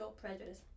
prejudice